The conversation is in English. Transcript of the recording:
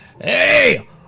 Hey